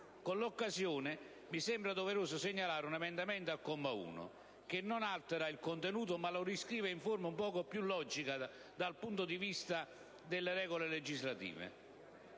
Con l'occasione, mi sembra doveroso segnalare un emendamento al comma, 1 che non ne altera il contenuto ma lo riscrive in forma più logica dal punto di vista delle regole legislative.